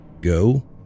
go